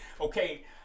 okay